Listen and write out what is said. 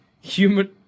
human